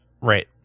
right